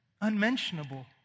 unmentionable